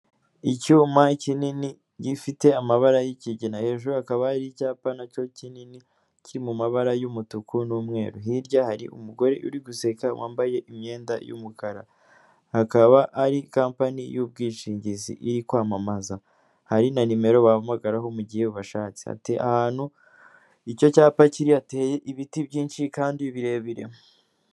Icyuma kinini gifite amabara yi'kigina hejuru hakaba hari icyapa nacyo kinini kiri mu mabara y'umutuku n'umweru; hirya hari umugore uri guseka wambaye imyenda y'umukara hakaba hari kampani y'ubwishingizi iri kwamamaza. Hari na nimero bahamagaraho mu gihe ubashatse; ahantu icyo cyapa kiri hateye ibiti byinshi kandi birebire.